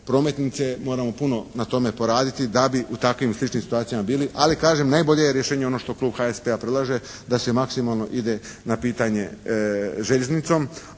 prometnice, moramo puno na tome poraditi da bi u takvim i sličnim situacijama bili. Ali kažem, najbolje je rješenje ono što klub HSP-a predlaže da se maksimalno ide na pitanje željeznicom